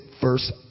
verse